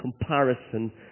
comparison